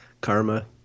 Karma